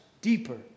deeper